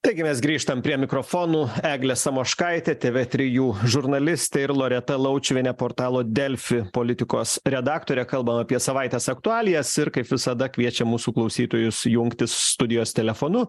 taigi mes grįžtam prie mikrofonų eglė samoškaitė tv trijų žurnalistė ir loreta laučiuvienė portalo delfi politikos redaktorė kalbam apie savaitės aktualijas ir kaip visada kviečiam mūsų klausytojus jungtis studijos telefonu